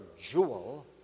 jewel